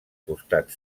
costat